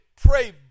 pray